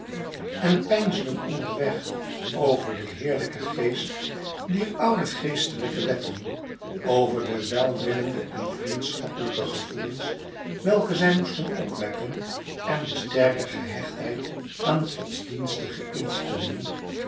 en peinsden onder weg over den heerlijken geest dier oude geestelyke wetten over de welwillende en vriendschappelijke gevoelens welke zij moesten opwekken en de sterkegehechtheid aan godsdienstige instellingen